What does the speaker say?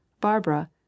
barbara